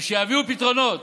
ושיביאו פתרונות.